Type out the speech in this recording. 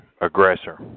aggressor